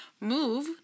move